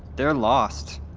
they're lost.